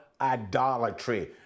idolatry